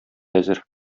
әзер